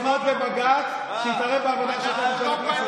בושה זה לפנות לבג"ץ שיתערב בעבודה של חברי הכנסת,